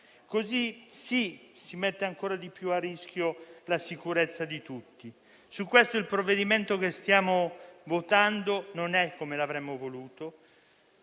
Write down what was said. modo si mette ancora di più a rischio la sicurezza di tutti. Su questo argomento il provvedimento che stiamo votando non è come l'avremmo voluto,